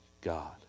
God